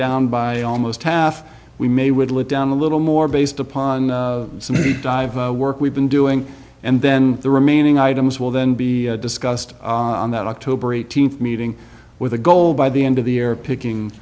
down by almost half we may would live down a little more based upon some of the work we've been doing and then the remaining items will then be discussed on that october eighteenth meeting with a goal by the end of the year picking